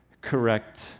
correct